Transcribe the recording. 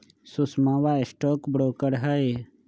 सुषमवा stock broker हई